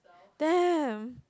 damn